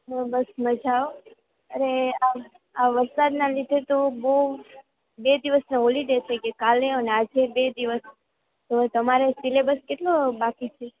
હું બસ મજા હોં અરે આ આ વરસાદના લીધે તો બહુ બે દીવસનો હોલિડે થઈ ગયો કાલે અને આજે બે દિવસ તો તમારે સિલેબસ કેટલો બાકી છે